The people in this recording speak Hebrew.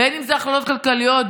בין שזה החלטות כלכליות,